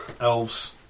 elves